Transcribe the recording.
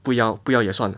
不要不要也算了